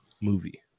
movie